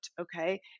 okay